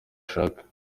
ashaka